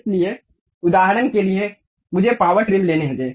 इसलिए उदाहरण के लिए मुझे पावर ट्रिम लेने दें